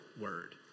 word